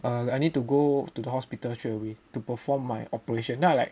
I need to go to the hospital straight away to perform my operation then I like